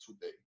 today